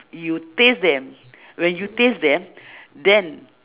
you taste them when you taste them then